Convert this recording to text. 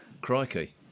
Crikey